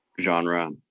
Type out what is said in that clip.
genre